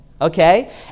Okay